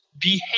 behave